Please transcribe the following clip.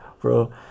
bro